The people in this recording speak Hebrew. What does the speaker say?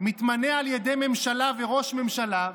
מתמנה על ידי ממשלה וראש ממשלה.